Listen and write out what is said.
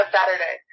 Saturday